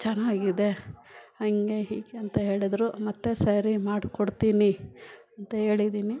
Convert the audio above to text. ಚೆನ್ನಾಗಿದೆ ಹಂಗೆ ಹೀಗೆ ಅಂತ ಹೇಳಿದ್ರು ಮತ್ತು ಸರಿ ಮಾಡಿಕೊಡ್ತೀನಿ ಅಂತ ಹೇಳಿದಿನಿ